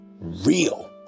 real